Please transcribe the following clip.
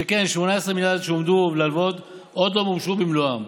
שכן 18 המיליארד שהועמדו להלוואות עוד לא מומשו במלואם.